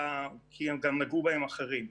שנגעו בהם גם אחרים.